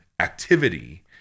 activity